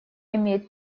имеет